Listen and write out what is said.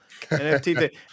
NFT